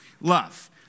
love